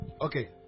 Okay